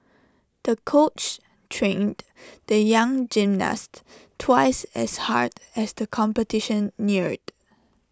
the coach trained the young gymnast twice as hard as the competition neared